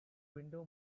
window